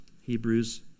Hebrews